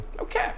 Okay